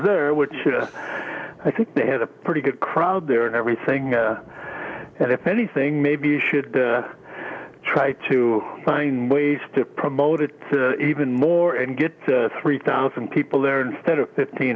d which you know i think they had a pretty good crowd there and everything and if anything maybe you should try to find ways to promote it even more and get three thousand people there instead of fifteen